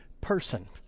person